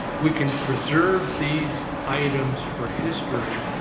we can preserve these items for history.